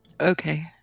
okay